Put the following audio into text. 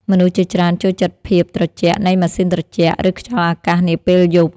មនុស្សជាច្រើនចូលចិត្តភាពត្រជាក់នៃម៉ាស៊ីនត្រជាក់ ឬខ្យល់អាកាសនាពេលយប់។